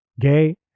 gay